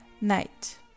Night